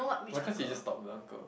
why can't he just stop the uncle